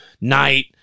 night